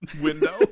window